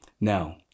Now